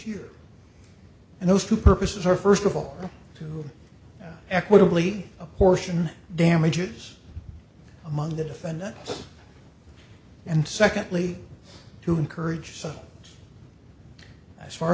year and those two purposes are first of all to equitably apportion damages among the defendant and secondly to encourage so as far